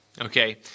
Okay